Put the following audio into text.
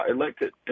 elected